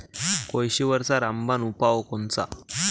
कोळशीवरचा रामबान उपाव कोनचा?